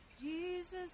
Jesus